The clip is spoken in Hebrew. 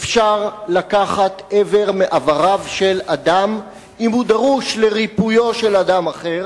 אפשר לקחת איבר מאיבריו של אדם אם הוא דרוש לריפויו של אדם אחר,